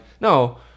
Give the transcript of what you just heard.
no